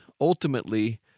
ultimately